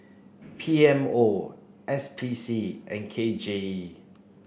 P M O S P C and K J E